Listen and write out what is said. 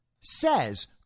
says